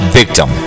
victim